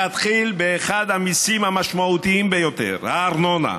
תתחיל באחד המיסים המשמעותיים ביותר, הארנונה.